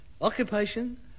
Occupation